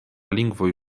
lingvoj